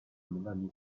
melanie